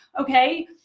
Okay